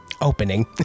opening